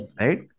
right